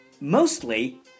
Mostly